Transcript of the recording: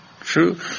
true